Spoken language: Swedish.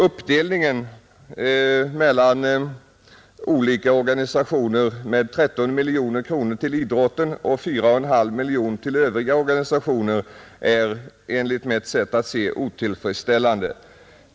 Uppdelningen mellan olika organisationer med 13 miljoner kronor till idrotten och 4,5 miljoner kronor till övriga organisationer är enligt mitt sätt att se otillfredsställande.